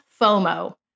FOMO